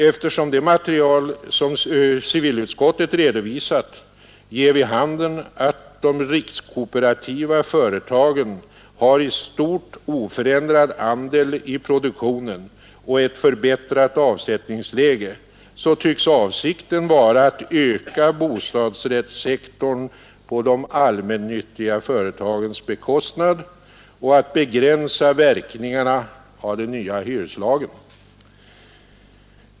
Eftersom det material som civilutskottet redovisat ger vid handen att de rikskooperativa företagen har i stort oförändrad andel i produktionen och ett förbättrat avsättningsläge, så tycks avsikten vara att öka bostadsrättssektorn på de allmännyttiga företagens bekostnad och att begränsa verkningarna av den nya hyreslagen.